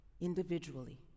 individually